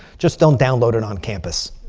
just don't download it on campus.